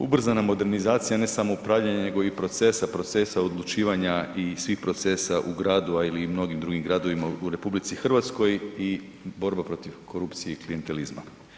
Ubrzana modernizacija, a ne samo upravljanje nego i procesa, procesa odlučivanja i svih procesa u gradu, ali i u mnogim drugim gradovima u RH i borba protiv korupcije i klijentelizma.